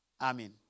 Amen